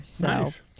Nice